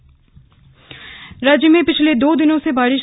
मौसम राज्य में पिछले दो दिनों से बारि